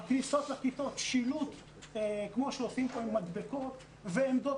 בכניסות לכיתות שילוט כמו עושים כאן עם מדבקות ועמדות